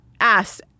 asked